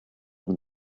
than